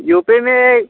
you P में